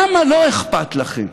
למה לא אכפת לכם